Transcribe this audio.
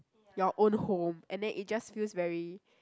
your own home and then it just feels very